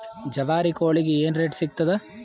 ಜವಾರಿ ಕೋಳಿಗಿ ಏನ್ ರೇಟ್ ಸಿಗ್ತದ?